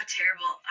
terrible